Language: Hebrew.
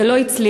זה לא הצליח.